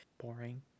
boring